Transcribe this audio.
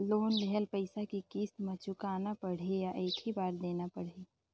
Loan लेहल पइसा के किस्त म चुकाना पढ़ही या एक ही बार देना पढ़ही?